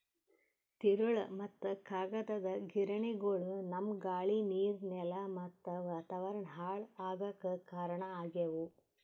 ತಿರುಳ್ ಮತ್ತ್ ಕಾಗದದ್ ಗಿರಣಿಗೊಳು ನಮ್ಮ್ ಗಾಳಿ ನೀರ್ ನೆಲಾ ಮತ್ತ್ ವಾತಾವರಣ್ ಹಾಳ್ ಆಗಾಕ್ ಕಾರಣ್ ಆಗ್ಯವು